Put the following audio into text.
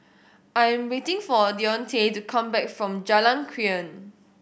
I am waiting for Deontae to come back from Jalan Krian